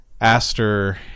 Aster